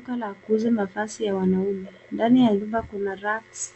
Duka la kuuza mavazi ya wanaume, ndani ya duka kuna Racks